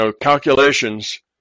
calculations